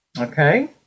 okay